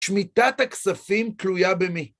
שמיטת הכספים תלויה במי.